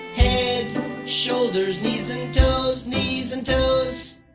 head shoulders knees and toes, knees and toes.